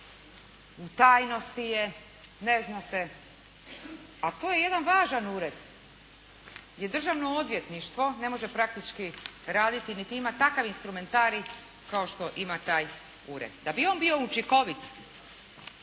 u tajnosti je, ne zna se, a to je jedan važan ured. I Državno odvjetništvo ne može praktički raditi, niti ima takav instrumentarij kao što ima taj ured. Da bi on bio učinkovit